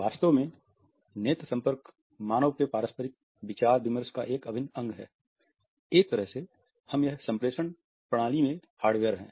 वास्तव में नेत्र संपर्क मानव के पारस्परिक विचार विमर्श का एक अभिन्न अंग है एक तरह से यह हमारी सम्प्रेषण प्रणाली में हार्डवेर है